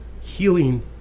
healing